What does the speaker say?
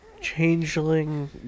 changeling